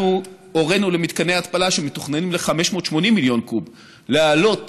אנחנו הורינו למתקני התפלה שמתוכננים ל-580 מיליון קוב לעלות